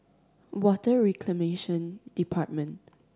Water Reclamation Department